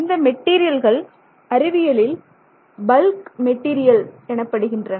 இந்த மெட்டீரியல்கள் அறிவியலில் பல்க் மெட்டீரியல் எனப்படுகின்றன